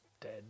dead